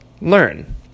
learn